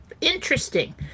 interesting